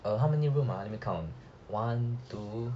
uh how many room ah let me count one two